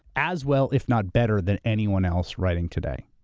as well if not better, than anyone else writing today.